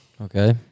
Okay